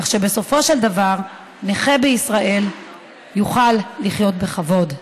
כך שבסופו של דבר נכה בישראל יוכל לחיות בכבוד.